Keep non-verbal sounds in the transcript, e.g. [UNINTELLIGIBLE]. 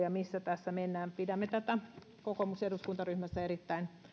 [UNINTELLIGIBLE] ja missä tässä mennään pidämme tätä kokoomuksen eduskuntaryhmässä erittäin